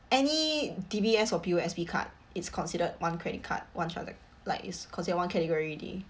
any D_B_S or P_O_S_B card it's considered one credit card one transac~ like it's considered one category already